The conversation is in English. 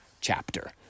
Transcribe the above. chapter